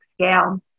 scale